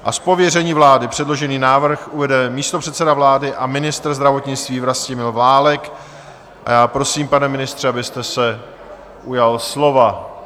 Z pověření vlády předložený návrh uvede místopředseda vlády a ministr zdravotnictví Vlastimil Válek a já prosím, pane ministře, abyste se ujal slova.